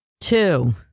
Two